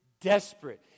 desperate